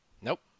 Nope